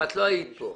את לא היית כאן.